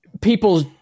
people's